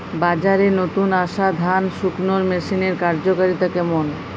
বাজারে নতুন আসা ধান শুকনোর মেশিনের কার্যকারিতা কেমন?